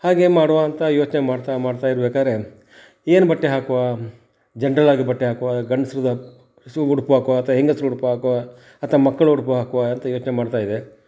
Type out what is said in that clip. ಹಾಗೆ ಮಾಡುವ ಅಂತ ಯೋಚನೆ ಮಾಡ್ತಾ ಮಾಡ್ತಾಯಿರ್ಬೇಕಾದ್ರೆ ಏನು ಬಟ್ಟೆ ಹಾಕುವಾ ಜನ್ರಲ್ಲಾಗಿ ಬಟ್ಟೆ ಹಾಕುವಾ ಗಂಡಸ್ರದ್ ಶೂ ಉಡುಪು ಹಾಕುವಾ ಅಥ್ವಾ ಹೆಂಗಸ್ರ ಉಡ್ಪು ಹಾಕುವಾ ಅಥವಾ ಮಕ್ಕಳ ಉಡುಪು ಹಾಕುವಾ ಅಂತ ಯೋಚನೆ ಮಾಡ್ತಾಯಿದ್ದೆ